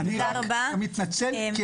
טוב, אז